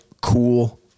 cool